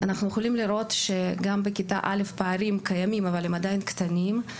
אנחנו יכולים לראות שגם בכיתה א' קיימים פערים אבל הם עדיין קטנים.